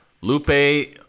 Lupe